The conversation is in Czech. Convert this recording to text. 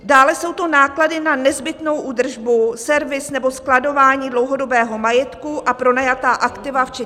Dále jsou to náklady na nezbytnou údržbu, servis nebo skladování dlouhodobého majetku a pronajatá aktiva, včetně IT.